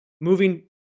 moving